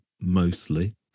mostly